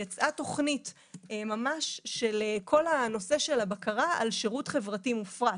ויצאה תוכנית של בקרה על שירות חברתי מופרט.